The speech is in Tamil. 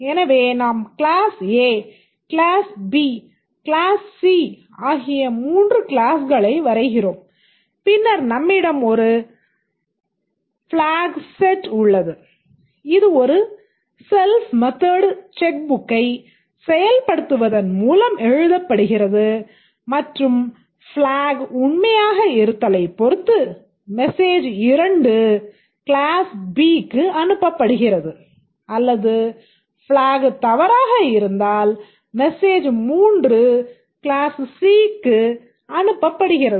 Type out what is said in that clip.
எனவே நாம் class A class B class C ஆகிய 3 மூன்று கிளாஸ்களை வரைகிறோம் பின்னர் நம்மிடம் ஒரு ஃப்லாக் செட் கிளாஸ் C க்கு அனுப்பப்படுகிறது